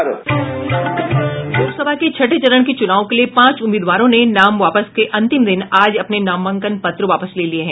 लोकसभा के छठे चरण के चुनाव के लिए पांच उम्मीदवारों ने नाम वापस के अंतिम दिन आज अपने नामांकन पत्र वापस ले लिये हैं